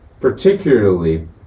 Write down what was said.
particularly